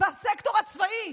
בסקטור הצבאי,